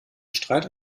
streik